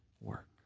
work